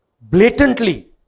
blatantly